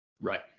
Right